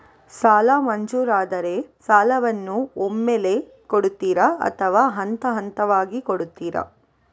ಸಾಲ ಮಂಜೂರಾದರೆ ಸಾಲವನ್ನು ಒಮ್ಮೆಲೇ ಕೊಡುತ್ತೀರಾ ಅಥವಾ ಹಂತಹಂತವಾಗಿ ಕೊಡುತ್ತೀರಾ?